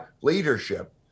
leadership